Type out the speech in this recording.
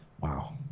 wow